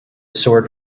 sword